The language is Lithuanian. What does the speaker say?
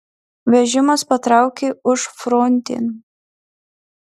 vežimas patraukė užfrontėn